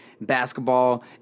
basketball